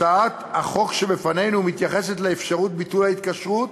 הצעת החוק שבפנינו מתייחסת לאפשרות ביטול ההתקשרות